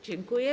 Dziękuję.